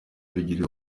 bigirira